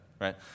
right